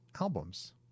albums